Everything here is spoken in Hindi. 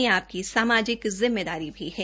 यह आपकी सामाजिक जिम्मेदारी भी है